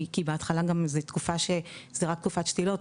כי בהתחלה גם זה תקופה שזה רק תקופת שתילות,